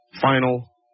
final